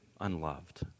unloved